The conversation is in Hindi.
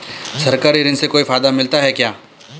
सरकारी ऋण से कोई फायदा मिलता है क्या?